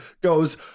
goes